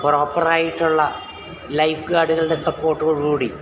പ്രോപ്പറായിട്ടുള്ള ലൈഫ് ഗാഡ്കൾടെ സപ്പോട്ടോടുകൂടി